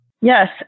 Yes